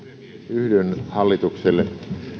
yhdyn hallitukselle